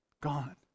gone